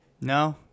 No